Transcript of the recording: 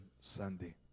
Sunday